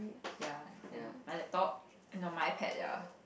ya then my laptop and on my iPad ya